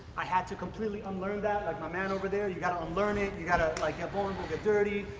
i had to completely unlearn that. like my man over there, you gotta unlearn it, you gotta like but and get dirty,